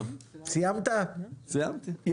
פינוי התחנה המרכזית החדשה בתל אביב, קיימנו אתמול